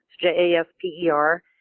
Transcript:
J-A-S-P-E-R